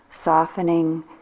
softening